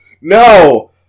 No